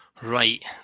Right